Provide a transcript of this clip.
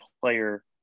player